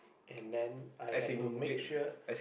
and then I have to make sure